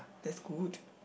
that's good